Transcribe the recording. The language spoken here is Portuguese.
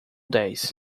dez